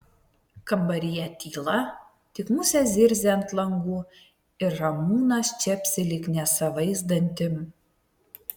kambaryje tyla tik musės zirzia ant langų ir ramūnas čepsi lyg nesavais dantim